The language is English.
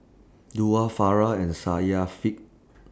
Daud Farah and Syafiqah